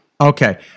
Okay